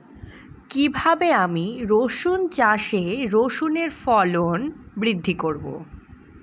কীভাবে আমি রসুন চাষে রসুনের ফলন বৃদ্ধি করব?